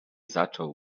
zaczął